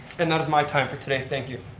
and that is my time for today, thank you.